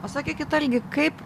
o sakykit algi kaip